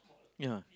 ya